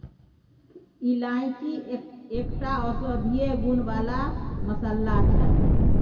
इलायची एकटा औषधीय गुण बला मसल्ला छै